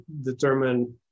determine